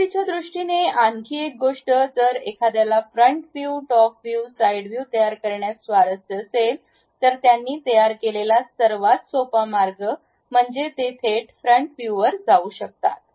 सुरुवातीच्या दृष्टीने आणखी एक गोष्ट जर एखाद्याला front view top view side view तयार करण्यास स्वारस्य असेल तर त्यांनी तयार केलेला सर्वात सोपा मार्ग म्हणजे ते थेट फ्रंट व्ह्यूवर जाऊ शकतात